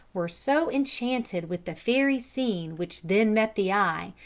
were so enchanted with the fairy scene which then met the eye,